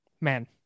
Man